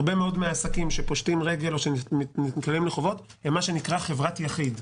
הרבה מאוד מהעסקים שפושטים רגל או שנקלעים לחובות הם חברת יחיד.